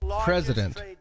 president